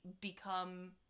become